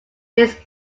his